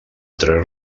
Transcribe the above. tres